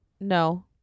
no